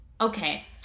okay